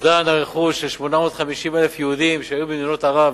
אובדן הרכוש של 850,000 יהודים שהיו במדינות ערב,